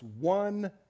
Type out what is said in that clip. one